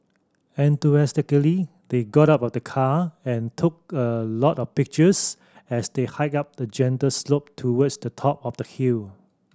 enthusiastically they got out of the car and took a lot of pictures as they hiked up a gentle slope towards the top of the hill